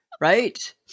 Right